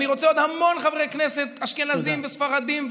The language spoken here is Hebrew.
ואני רוצה עוד המון חברי כנסת אשכנזים וספרדים,